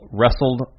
wrestled